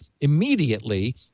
immediately